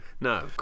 No